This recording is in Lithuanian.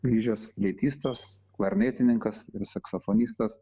grįžęs fleitistas klarnėtininkas ir saksofonistas